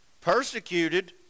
Persecuted